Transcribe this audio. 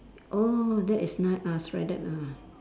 oh that is na~ uh shredded ah